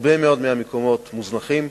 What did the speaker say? הרבה מאוד מקומות מוזנחים.